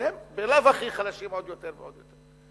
שהם בלאו הכי חלשים עוד יותר ועוד יותר.